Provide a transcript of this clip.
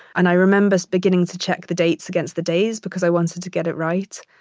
and i remember us beginning to check the dates against the days because i wanted to get it right.